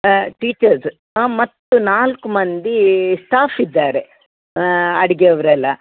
ಹಾಂ ಟೀಚರ್ಸ್ ಹಾಂ ಮತ್ತು ನಾಲ್ಕು ಮಂದಿ ಸ್ಟಾಫ್ ಇದ್ದಾರೆ ಅಡಿಗೆ ಅವರೆಲ್ಲ